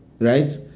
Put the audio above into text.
right